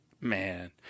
Man